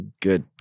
Good